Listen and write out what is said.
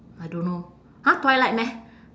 I don't know !huh! twilight meh